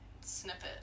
snippet